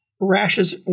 Rashes